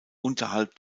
unterhalb